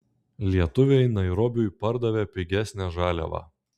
lietuviai nairobiui pardavė pigesnę žaliavą